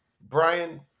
Brian